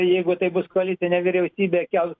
jeigu tai bus koalicinė vyriausybė kels